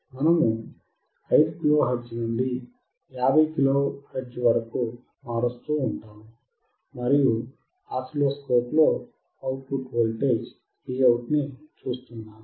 మనము 5 kilo hertz నుండి 50 hertz వరకు మరుస్తూ ఉంటాము మరియు ఆసిలోస్కోప్ లో అవుట్పుట్ వోల్టేజ్ Vout ని చూస్తున్నాము